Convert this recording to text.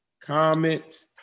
comment